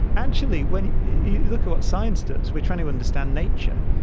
actually when you look at what science does, we are trying to understand nature.